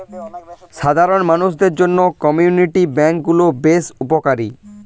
সাধারণ মানুষদের জন্য কমিউনিটি ব্যাঙ্ক গুলো বেশ উপকারী